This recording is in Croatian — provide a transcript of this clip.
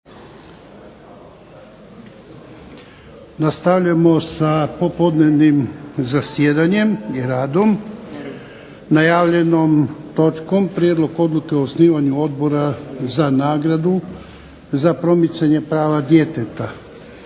Nastavljamo sa popodnevnim zasjedanjem i radom najavljenom točkom - Prijedlog Odluke o osnivanju Odbora za nagradu za promicanje prava djeteta